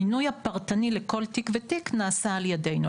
המינוי הפרטני לכל תיק ותיק נעשה על ידנו,